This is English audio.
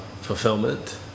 fulfillment